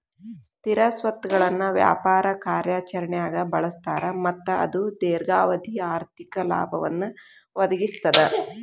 ಸ್ಥಿರ ಸ್ವತ್ತುಗಳನ್ನ ವ್ಯಾಪಾರ ಕಾರ್ಯಾಚರಣ್ಯಾಗ್ ಬಳಸ್ತಾರ ಮತ್ತ ಅದು ದೇರ್ಘಾವಧಿ ಆರ್ಥಿಕ ಲಾಭವನ್ನ ಒದಗಿಸ್ತದ